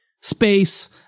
Space